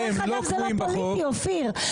דרך אגב, זה לא פוליטי, אופיר.